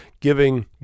giving